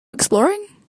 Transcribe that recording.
exploring